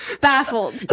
Baffled